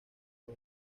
los